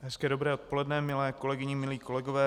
Hezké dobré odpoledne, milé kolegyně, milí kolegové.